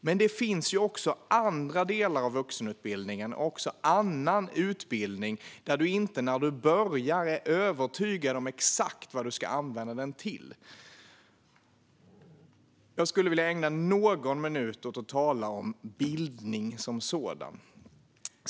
Men det finns också andra delar av vuxenutbildningen och annan utbildning där du inte när du börjar är övertygad om exakt vad du ska använda din utbildning till. Jag skulle vilja ägna någon minut åt att tala om bildning som sådan.